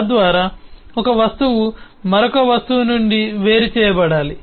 తద్వారా ఒక వస్తువు మరొక వస్తువు నుండి వేరుచేయబడాలి